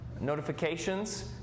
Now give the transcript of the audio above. notifications